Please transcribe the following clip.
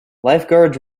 lifeguards